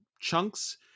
chunks